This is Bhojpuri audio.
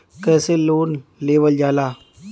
कैसे लोन लेवल जाला?